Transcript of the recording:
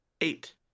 Eight